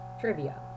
Trivia